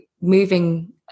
moving